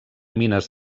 mines